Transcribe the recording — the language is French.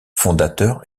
fondateur